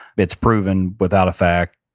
it's proven, without a fact,